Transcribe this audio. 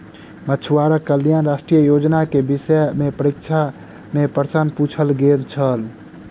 मछुआरा कल्याण राष्ट्रीय योजना के विषय में परीक्षा में प्रश्न पुछल गेल छल